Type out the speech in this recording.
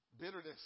bitterness